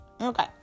Okay